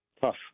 Tough